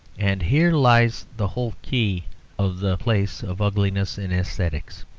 and here lies the whole key of the place of ugliness in aesthetics.